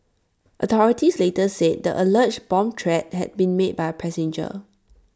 authorities later said the alleged bomb threat had been made by A passenger